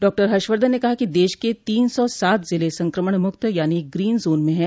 डॉ हर्षवर्धन ने कहा कि देश के तीन सौ सात जिले संक्रमण मुक्त यानी ग्रीन जोन में हैं